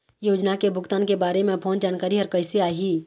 योजना के भुगतान के बारे मे फोन जानकारी हर कइसे आही?